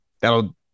that'll